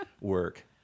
work